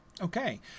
Okay